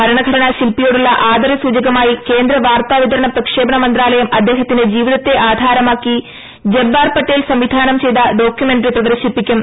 ഭരണ്ട് ലടനാ ശില്പിയോടുള്ള ആദരസൂചക മായി കേന്ദ്ര വാർത്താ വിതരണ പ്രക്ഷേപണ മന്ത്രാലയം അദ്ദേഹത്തിന്റെ ജീവിത ത്തെ ആധാരമാക്കി ജബ്ബാർ പട്ടേൽ സംവിധാനം ചെയ്ത ഡോക്യുമെന്ററി പ്രദർശിപ്പിക്കും